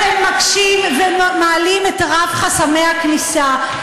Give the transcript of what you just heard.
אתם מקשים ומעלים את רף חסמי הכניסה.